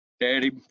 daddy